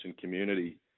community